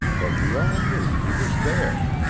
but we all knew he was there.